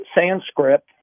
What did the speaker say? Sanskrit